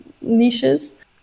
niches